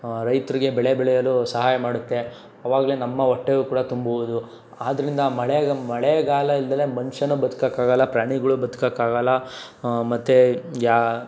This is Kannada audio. ರೈತ್ರಿಗೆ ಬೆಳೆ ಬೆಳೆಯಲು ಸಹಾಯ ಮಾಡುತ್ತೆ ಅವಾಗಲೇ ನಮ್ಮ ಹೊಟ್ಟೆಯೂ ಕೂಡ ತುಂಬುವುದು ಆದ್ದರಿಂದ ಮಳೆಗಮ್ ಮಳೆಗಾಲ ಇಲ್ದಲೆ ಮನುಷ್ಯನು ಬದ್ಕೋಕಾಗಲ್ಲ ಪ್ರಾಣಿಗಳು ಬದ್ಕೋಕಾಗಲ್ಲ ಮತ್ತು ಯಾ